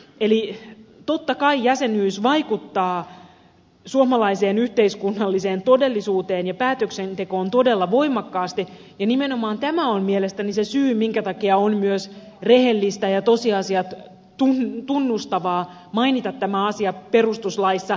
eli totta kai jäsenyys vaikuttaa suomalaiseen yhteiskunnalliseen todellisuuteen ja päätöksentekoon todella voimakkaasti ja nimenomaan tämä on mielestäni se syy minkä takia on myös rehellistä ja tosiasiat tunnustavaa mainita tämä asia perustuslaissa